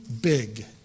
big